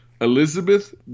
elizabeth